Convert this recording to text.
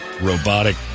robotic